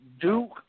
Duke